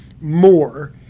more